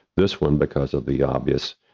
this one because of the obvious,